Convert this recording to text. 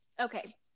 Okay